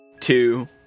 two